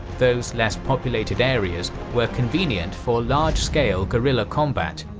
those less populated areas were convenient for large-scale guerilla combat,